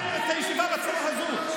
אתה לא יכול לנהל את הישיבה בצורה הזאת.